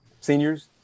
seniors